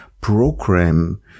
program